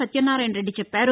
సత్యనారాయణరెడ్డి చెప్పారు